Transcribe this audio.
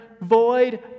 void